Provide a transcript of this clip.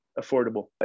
affordable